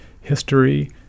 history